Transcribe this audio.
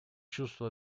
чувство